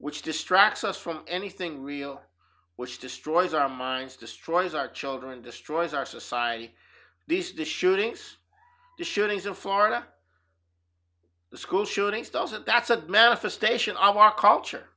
which distracts us from anything real which destroys our minds destroys our children destroys our society these days shootings the shootings of florida the school shootings does that that's a manifestation our culture